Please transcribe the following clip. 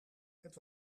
het